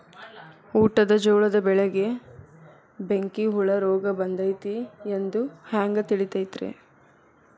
ಊಟದ ಜೋಳದ ಬೆಳೆಗೆ ಬೆಂಕಿ ಹುಳ ರೋಗ ಬಂದೈತಿ ಎಂದು ಹ್ಯಾಂಗ ತಿಳಿತೈತರೇ?